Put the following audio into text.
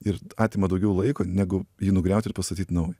ir atima daugiau laiko negu jį nugriaut ir pastatyt naują